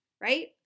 right